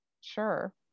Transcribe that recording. sure